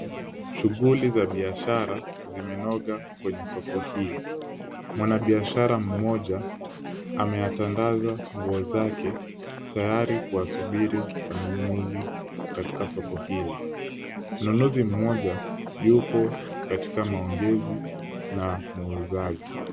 Shughuli za biashara zimenoga kwenye soko hii , mwanabiashara mmoja ameyatandaza nguo zake tayari kuwasubiri wanunuzi katika soko hili, mnunuzi mmoja yupo katika maongezi na muuzaji.